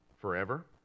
forever